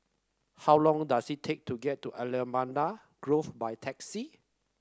how long does it take to get to Allamanda Grove by taxi